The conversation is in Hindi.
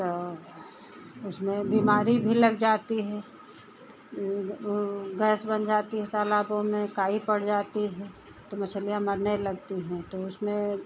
तो उसमें बीमारी भी लग जाती है गैस बन जाती है तालाबों में काई पड़ जाती है तो मछलियाँ मरने लगती हैं तो उसमें